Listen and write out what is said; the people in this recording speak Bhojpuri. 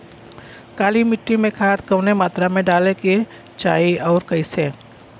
काली मिट्टी में खाद कवने मात्रा में डाले के चाही अउर कइसे?